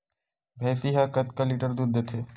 भंइसी हा कतका लीटर दूध देथे?